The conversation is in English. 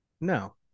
No